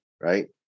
right